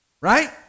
Right